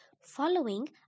Following